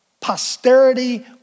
Posterity